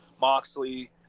Moxley